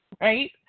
right